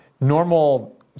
normal